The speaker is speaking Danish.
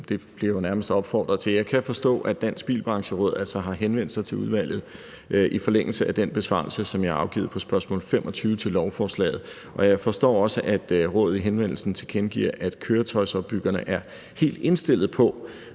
det blev jeg jo nærmest opfordret til. Jeg kan forstå, at Dansk Bilbrancheråd har henvendt sig til udvalget i forlængelse af den besvarelse, som jeg har afgivet på spørgsmål 25 til lovforslaget. Jeg forstår også, at rådet i henvendelsen tilkendegiver – og jeg citerer: »Køretøjsopbyggerne er helt indstillet på,